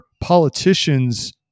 politicians